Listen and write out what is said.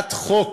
הצעת חוק